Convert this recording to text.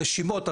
הרשימות.